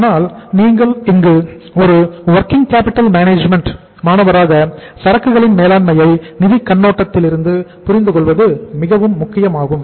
ஆனால் நீங்கள் இங்கு ஒரு வொர்கிங் கேப்பிட்டல் மேனேஜ்மென்ட் மாணவராக சரக்குகளின் வேளாண்மையை நிதி கண்ணோட்டத்திலிருந்து புரிந்து கொள்வது மிகவும் முக்கியமாகும்